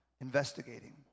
investigating